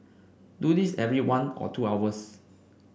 do this every one or two hours